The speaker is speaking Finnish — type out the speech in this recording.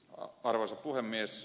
arvoisa puhemies